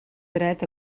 dret